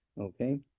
Okay